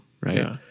right